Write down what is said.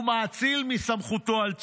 הוא מאציל מסמכותו על צה"ל.